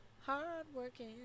Hard-working